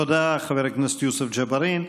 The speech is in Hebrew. תודה, חבר הכנסת יוסף ג'בארין.